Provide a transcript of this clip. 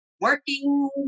working